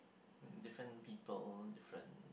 different people different